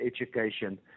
education